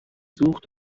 سوخت